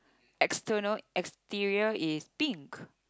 external exterior is pink